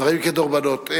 דברים כדרבונות.